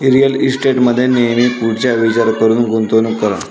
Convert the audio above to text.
real इस्टेटमध्ये नेहमी पुढचा विचार करून गुंतवणूक करा